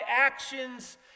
actions